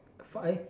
f~